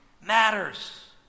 matters